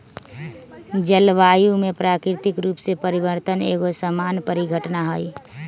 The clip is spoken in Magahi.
जलवायु में प्राकृतिक रूप से परिवर्तन एगो सामान्य परिघटना हइ